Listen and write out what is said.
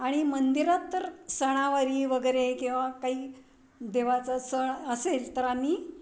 आणि मंदिरात तर सणावारी वगैरे किंवा काही देवाचा सण असेल तर आम्ही